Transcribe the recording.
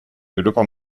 europa